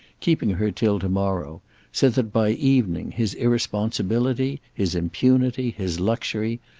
keeping her till to-morrow so that by evening his irresponsibility, his impunity, his luxury,